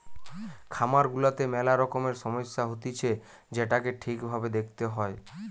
খামার গুলাতে মেলা রকমের সমস্যা হতিছে যেটোকে ঠিক ভাবে দেখতে হয়